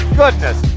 goodness